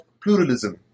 pluralism